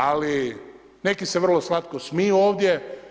Ali neki se vrlo slatko smiju ovdje.